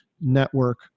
network